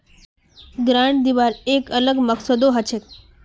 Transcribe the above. grant दिबार एक अलग मकसदो हछेक